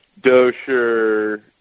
Dosher